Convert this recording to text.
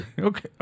Okay